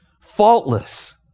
faultless